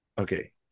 Okay